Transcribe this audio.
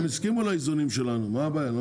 הם הסכימו לאיזונים שלנו, מה הבעיה?